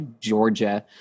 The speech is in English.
Georgia